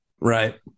Right